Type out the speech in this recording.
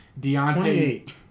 Deontay